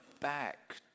back